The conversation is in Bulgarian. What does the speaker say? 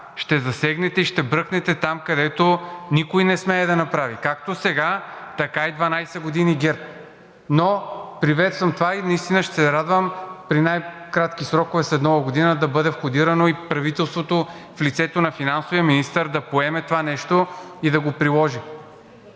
ще засегнете и ще бръкнете там, където никой не смее да направи – както сега, така и 12 години ГЕРБ. Но приветствам това и наистина ще се радвам при най-кратки срокове след Нова година да бъде входирано и правителството в лицето на финансовия министър да поеме това нещо и да го приложи.